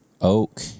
oak